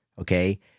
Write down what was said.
okay